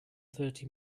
thirty